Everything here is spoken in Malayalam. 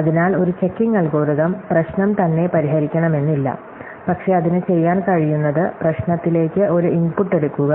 അതിനാൽ ഒരു ചെക്കിംഗ് അൽഗോരിതം പ്രശ്നം തന്നെ പരിഹരിക്കണമെന്നില്ല പക്ഷേ അതിന് ചെയ്യാൻ കഴിയുന്നത് പ്രശ്നത്തിലേക്ക് ഒരു ഇൻപുട്ട് എടുക്കുക